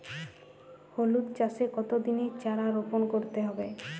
হলুদ চাষে কত দিনের চারা রোপন করতে হবে?